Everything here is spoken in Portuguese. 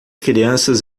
crianças